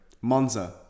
Monza